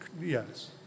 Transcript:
Yes